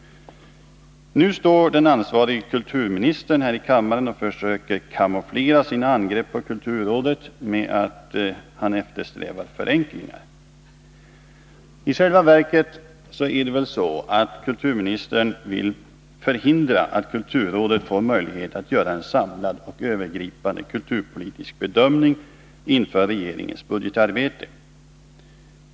Nu står den ansvarige kulturministern här i kammaren och försöker kamouflera sina angrepp på kulturrådet med att han eftersträvar förenklingar. I själva verket är det väl så, att kulturministern vill förhindra att kulturrådet får möjlighet att göra en samlad och övergripande kulturpolitisk bedömning inför regeringens budgetarbete.